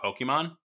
Pokemon